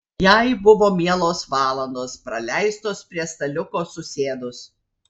jai buvo mielos valandos praleistos prie staliuko susėdus